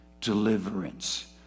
deliverance